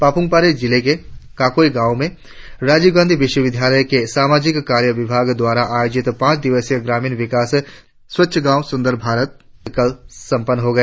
पाप्रम पारे जिले के काकोई गांव में राजीव गांधी विश्वविद्यालय के सामाजिक कार्य विभाग द्वारा आयोजित पांच दिवसीय ग्रामीण शिविर स्वच्छ भारत सुन्दर भारत कल समापन हो गया